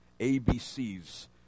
ABCs